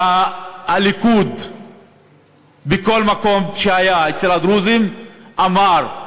והליכוד בכל מקום שהיה אצל הדרוזים אמר,